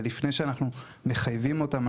ולפני שאנחנו מחייבים אותם,